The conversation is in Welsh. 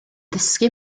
dysgu